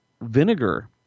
vinegar